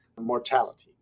mortality